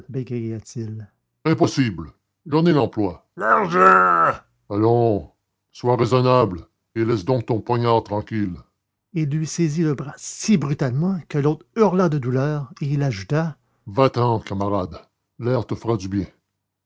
bégaya-t-il impossible j'en ai l'emploi l'argent allons sois raisonnable et laisse donc ton poignard tranquille il lui saisit le bras si brutalement que l'autre hurla de douleur et il ajouta va-t'en camarade l'air te fera du bien